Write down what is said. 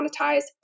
monetize